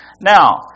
Now